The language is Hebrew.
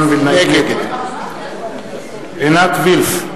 נגד עינת וילף,